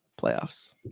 playoffs